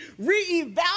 reevaluate